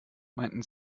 meinten